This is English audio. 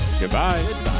Goodbye